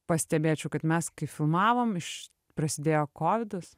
pastebėčiau kad mes kai filmavom iš prasidėjo kovidas